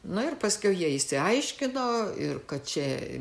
nu ir paskiau jie išsiaiškino ir kad čia